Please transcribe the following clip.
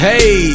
Hey